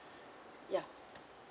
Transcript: yeah